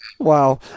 Wow